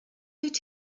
did